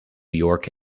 york